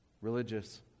Religious